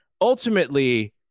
Ultimately